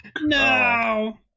No